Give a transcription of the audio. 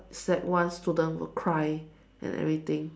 sec one student will cry and everything